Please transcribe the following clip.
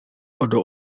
ada